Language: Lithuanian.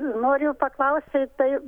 noriu paklausti tai